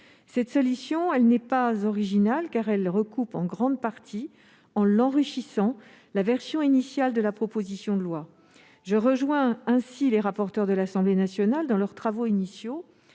Cette solution n'est pas originale. Elle recoupe en grande partie, en l'enrichissant, la version initiale de la proposition de loi. Je rejoins donc les rapporteurs de l'Assemblée nationale dans leurs travaux initiaux